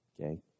Okay